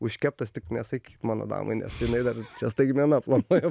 užkeptas tik nesakyk mano damai nes jinai dar staigmena planuojam